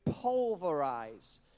pulverize